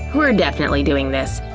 we're definitely doing this.